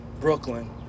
brooklyn